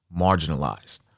marginalized